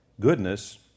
goodness